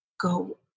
go